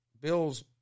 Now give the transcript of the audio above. Bills